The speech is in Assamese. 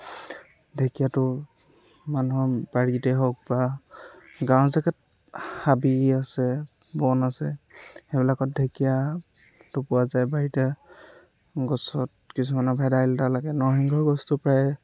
ঢেকীয়াতো মানুহৰ বাৰীতে হওক বা গাঁৱৰ জেগাত হাবি আছে বন আছে সেইবিলাকত ঢেকীয়াটো পোৱা যায় বাৰীতে গছত কিছুমানৰ ভেদাইলতা লাগে নৰসিংহৰ গছটো প্ৰায়ে